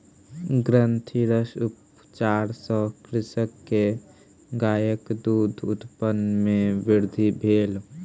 ग्रंथिरस उपचार सॅ कृषक के गायक दूध उत्पादन मे वृद्धि भेल